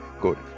good